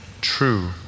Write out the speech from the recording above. true